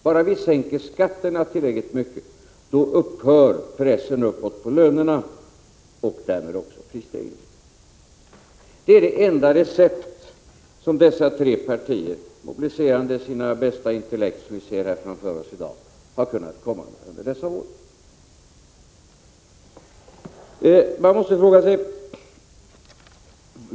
Bara vi sänker skatterna tillräckligt mycket upphör pressen uppåt på lönerna och därmed också prisstegringen. Det är det enda recept som dessa tre partier — mobiliserande sina bästa intellekt som vi ser framför oss i dag — har kunnat komma med under dessa år.